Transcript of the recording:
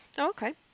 Okay